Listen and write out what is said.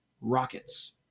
rockets